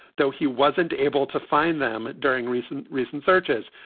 though he wasn't able to find them during recent recent searches.